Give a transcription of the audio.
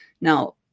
now